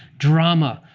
drama,